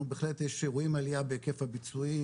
אנחנו בהחלט רואים עליה בהיקף הביצועים,